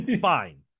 fine